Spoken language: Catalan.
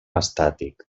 estàtic